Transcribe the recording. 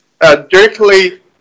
directly